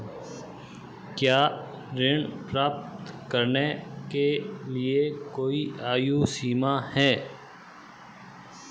क्या ऋण प्राप्त करने के लिए कोई आयु सीमा है?